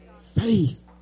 faith